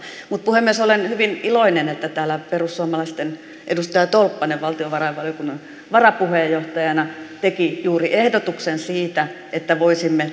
puhemies olen hyvin iloinen että täällä perussuomalaisten edustaja tolppanen valtiovarainvaliokunnan varapuheenjohtajana teki juuri ehdotuksen siitä että voisimme